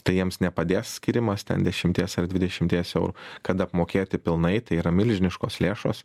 tai jiems nepadės skyrimas ten dešimties ar dvidešimties eurų kad apmokėti pilnai tai yra milžiniškos lėšos